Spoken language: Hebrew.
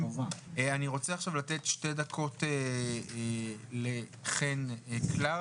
אני רוצה עכשיו לתת שתי דקות לחן קלרה